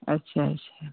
अच्छा अच्छा